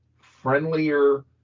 friendlier